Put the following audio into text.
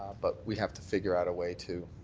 but we have to figure out a way to